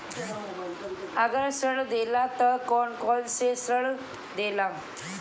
अगर ऋण देला त कौन कौन से ऋण देला?